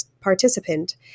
participant